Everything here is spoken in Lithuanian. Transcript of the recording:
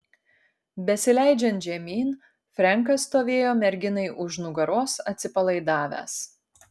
besileidžiant žemyn frenkas stovėjo merginai už nugaros atsipalaidavęs